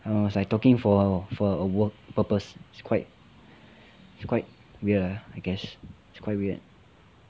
I don't know it's like talking for for a work purpose it's quite it's quite weird ah I guess it's quite weird